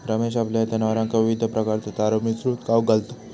रमेश आपल्या जनावरांका विविध प्रकारचो चारो मिसळून खाऊक घालता